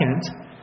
Second